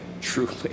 truly